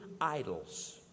idols